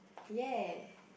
ya